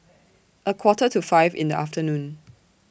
A Quarter to five in The afternoon